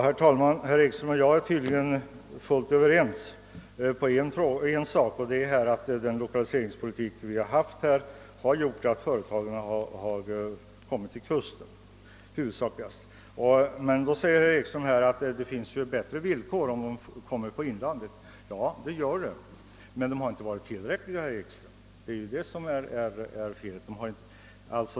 Herr talman! Herr Ekström och jag är tydligen helt överens i en punkt, nämligen 'att den lokaliseringspolitik som förs har medfört att företagen huvudsakligen lokaliserats till kusten. Herr Ekström säger att villkoren är bättre i inlandet. Ja, men inte tillräckligt goda, det är det som är felet.